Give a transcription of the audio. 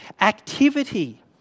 activity